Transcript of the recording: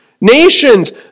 Nations